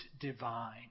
divine